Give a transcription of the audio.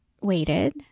waited